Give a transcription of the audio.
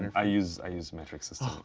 yeah i use i use metric system.